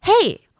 hey